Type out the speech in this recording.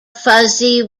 fuzzy